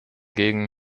gegen